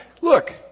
Look